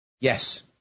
Yes